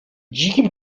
dzikim